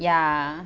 ya